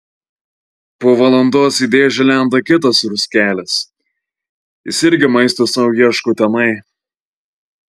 po valandos į dėžę lenda kitas ruskelis jis irgi maisto sau ieško tenai